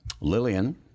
Lillian